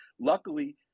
Luckily